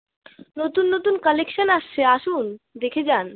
নতুন নতুন কালেকশান আসছে আসুন দেখে যান